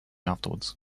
afterwards